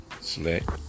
select